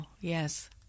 Yes